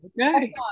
okay